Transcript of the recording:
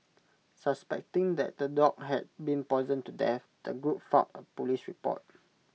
suspecting that the dog had been poisoned to death the group filed A Police report